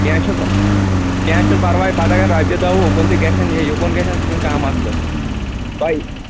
کینٛہہ چھُنہٕ پَ کینٛہہ چھُنہٕ پَرواے پَتہٕ اگر رۄپیہِ دہ وُہ اُکُن تہِ گژھن یا یِکُن گژھن سُہ چھِنہٕ کانٛہہ مَسلہٕ تۄہہِ